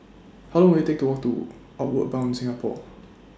How Long Will IT Take to Walk to Outward Bound Singapore